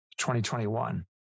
2021